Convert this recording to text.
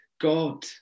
God